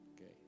Okay